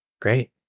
Great